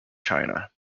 china